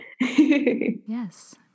Yes